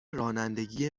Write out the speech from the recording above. رانندگی